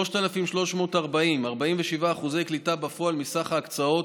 3,340, 47% קליטה בפועל מסך ההקצאות.